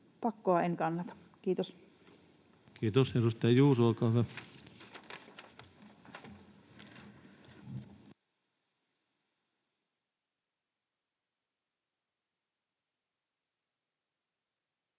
pakkoa en kannata. — Kiitos.